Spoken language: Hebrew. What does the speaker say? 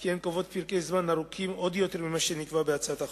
כי הן קובעות פרקי זמן ארוכים יותר ממה שנקבע בהצעת החוק.